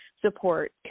support